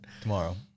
Tomorrow